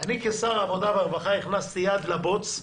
אני כשר העבודה והרווחה הכנסתי יד לבוץ: